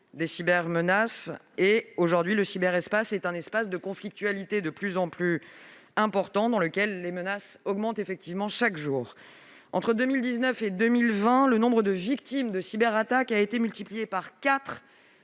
des cybermenaces. Aujourd'hui, le cyberespace est un espace de conflictualité de plus en plus important, dans lequel les menaces augmentent chaque jour. Entre 2019 et 2020, selon l'Anssi, le nombre de victimes de cyberattaques a été multiplié par